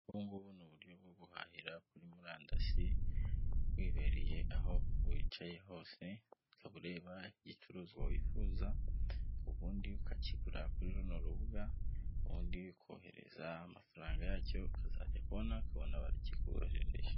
Ubu ngubu ni uburyo bwo guhahira kuri murandasi wibereye aho wicaye hose uka ureba igicuruzwa wifuza ubundi ukakigura kuri runo rubuga, ubundi ukohereza amafaranga yacyo, ukazajya kubona ukabona barakikoherereje.